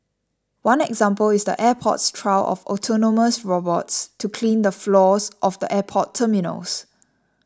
one example is the airport's trial of autonomous robots to clean the floors of the airport terminals